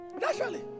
Naturally